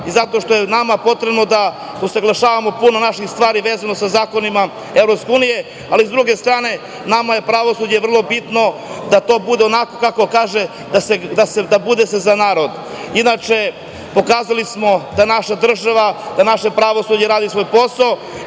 i zato što je nama potrebno da usaglašavamo puno naših stvari vezano sa zakonima EU, ali sa druge strane, nama je pravosuđe vrlo bitno i da to bude onako kako se kaže – za narod. Inače, pokazali smo da naša država, da naše pravosuđe radi svoj posao,